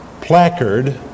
placard